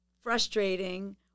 frustrating